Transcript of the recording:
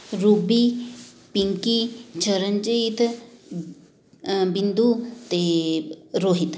Ruby Pinky Charanjit Bindu ਅਤੇ ਰੋਹਿਤ